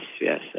yes